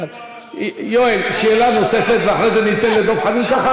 עוד לא שאלו אפילו את השאלה השנייה.